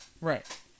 Right